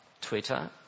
Twitter